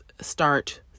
start